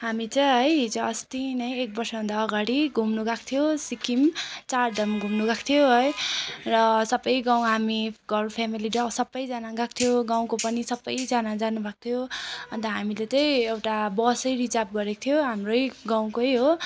हामी चाहिँ है हिजोअस्ति नै एक वर्षभन्दा अगाडि घुम्नु गएको थियौँ सिक्किम चारधाम घुम्नु गएको थियौँ है र सबै गाउँ हामी घर फ्यामिली सबैजना गएको थियौँ गाउँको पनि सबैजना जानुभएको थियो अन्त हामीले त्यही एउटा बसै रिजर्भ गरेको थियौँ हाम्रै गाउँकै हो